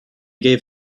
gave